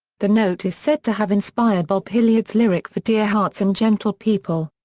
the note is said to have inspired bob hilliard's lyric for dear hearts and gentle people.